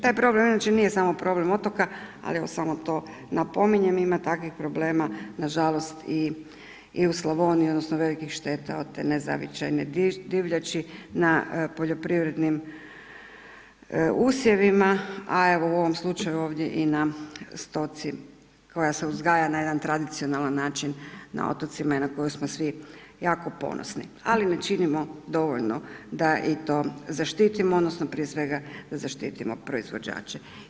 Taj problem inače nije samo problem otoka, ali evo samo to napominjem ima takvih problema nažalost i u Slavoniji odnosno velikih šteta od te ne zavičajne divljači na poljoprivrednim usjevima, a evo u ovom slučaju ovdje i na stoci koja se uzgaja na jedan tradicionalan način na otocima i na koju smo svi jako ponosni, ali ne činimo dovoljno da i to zaštitimo odnosno prije svega da zaštitimo proizvođače.